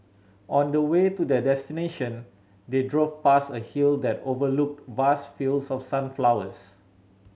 on the way to their destination they drove past a hill that overlooked vast fields of sunflowers